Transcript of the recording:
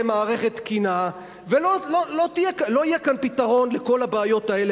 מערכת תקינה ולא יהיה כאן פתרון לכל הבעיות האלה,